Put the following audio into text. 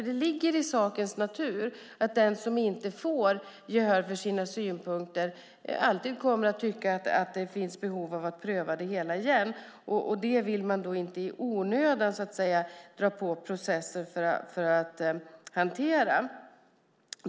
Det ligger i sakens natur att den som inte får gehör för sina synpunkter alltid kommer att tycka att det finns behov av att pröva det hela igen. Man vill inte i onödan dra i gång processer för att hantera det.